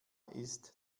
ist